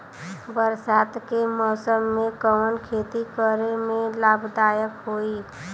बरसात के मौसम में कवन खेती करे में लाभदायक होयी?